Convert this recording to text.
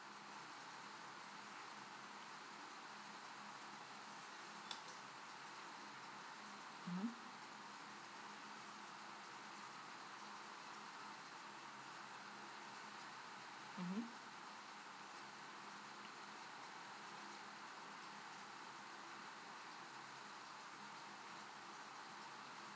mm mm